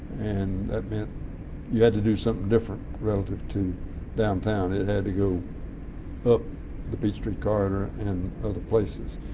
and that meant you had to do something different relative to downtown. it had to go up the peachtree corridor and other places.